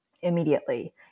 immediately